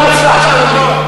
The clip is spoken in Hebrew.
רק המשפט האחרון?